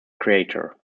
creator